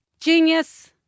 Genius